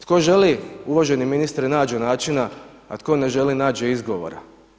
Tko želi uvaženi ministre nađe načina a tko ne želi nađe izgovora.